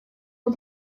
hau